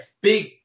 big